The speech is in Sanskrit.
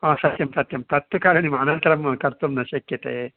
हा सत्यं सत्यं तत्तु कारणीम् अनन्तरं कर्तुं न शक्यते